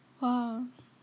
!wah!